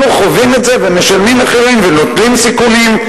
אנחנו חווים את זה ומשלמים מחירים ונוטלים סיכונים.